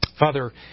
Father